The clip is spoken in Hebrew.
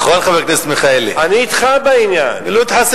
נכון, חבר הכנסת מיכאלי?